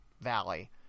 Valley